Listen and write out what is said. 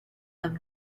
them